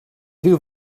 rhyw